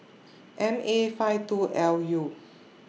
M A five two L U